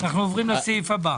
הישיבה נעולה.